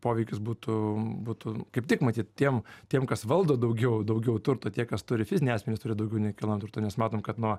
poveikis būtų būtų kaip tik matyt tiem tiem kas valdo daugiau daugiau turto tie kas turi fiziniai asmenys turi daugiau nekilnojamo turto nes matom kad nuo